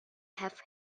have